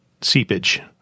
seepage